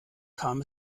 kam